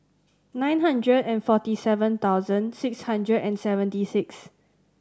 nine hundred and forty seven thousand six hundred and seventy six